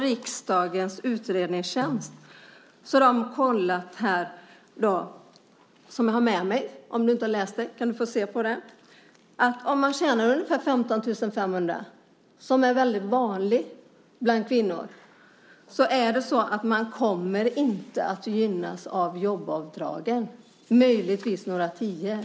Riksdagens utredningstjänst har kollat de här sakerna. Om du inte har läst materialet kan du få titta på det. Om man tjänar ungefär 15 500 kr i månaden, vilket är väldigt vanligt bland kvinnor, kommer man inte att gynnas av jobbavdraget utom möjligtvis med några tior.